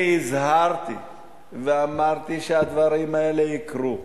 אני הזהרתי ואמרתי שהדברים האלה יקרו.